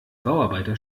bauarbeiter